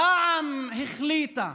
רע"מ החליטה,